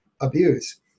abuse